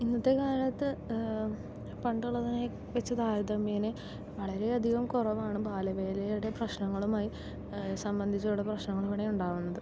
ഇന്നത്തെ കാലത്ത് പണ്ടുള്ളതിനെക്കാൾ വെച്ച് താരതമ്യേനെ വളരെ അധികം കുറവാണ് ബാലവേലയുടെ പ്രശ്നങ്ങളുമായി സംബന്ധിച്ചുള്ള പ്രശ്നങ്ങൾ ഇവിടെ ഉണ്ടാകുന്നുണ്ട്